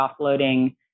offloading